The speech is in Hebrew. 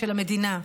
של המדינה.